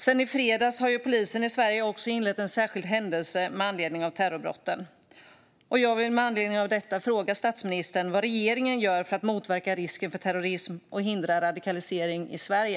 Sedan i fredags har polisen i Sverige också inlett en särskild händelse med anledning av terrorbrotten. Med anledning av det vill jag fråga statsministern vad regeringen gör för att motverka risken för terrorism och för att hindra radikalisering i Sverige.